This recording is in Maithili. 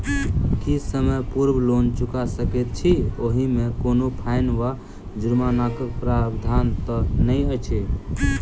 की समय पूर्व लोन चुका सकैत छी ओहिमे कोनो फाईन वा जुर्मानाक प्रावधान तऽ नहि अछि?